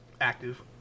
active